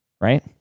Right